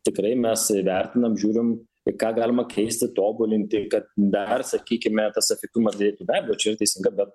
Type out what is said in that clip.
tikrai mes įvertinam žiūrim ką galima keisti tobulinti kad dar sakykime tas efektyvumas didėtų dar labiau čia teisinga bet